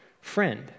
Friend